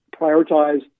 prioritize